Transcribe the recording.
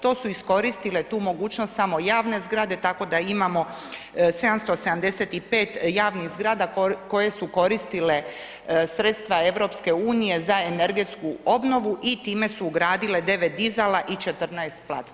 To su iskoristile tu mogućnost samo javne zgrade, tako da imamo 775 javnih zgrada koje su koristile sredstva EU za energetsku obnovu i time su ugradile 9 dizala i 14 platformi.